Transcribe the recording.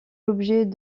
l’objet